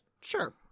Sure